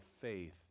faith